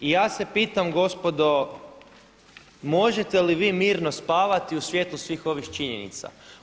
I ja se pitam gospodo možete li vi mirno spavati u svjetlu svih ovih činjenica?